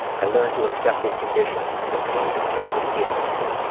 i learned to accept his condition and the pain that came with dealing with it.